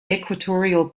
equatorial